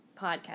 podcast